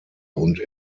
und